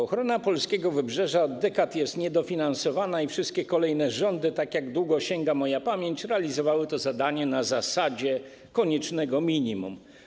Ochrona polskiego wybrzeża od dekad jest niedofinansowana i wszystkie kolejne rządy, jak długo sięga moja pamięć, realizowały to zadanie na zasadzie koniecznego minimum.